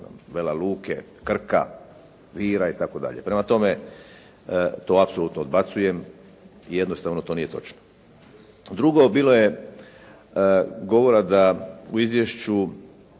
Vele Luke, Krka, Vira itd. Prema tome, to apsolutno odbacujem i jednostavno to nije točno. Drugo, bilo je govora da u izvješću